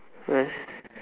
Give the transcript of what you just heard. ya